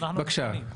בבקשה.